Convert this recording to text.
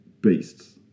Beasts